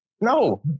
No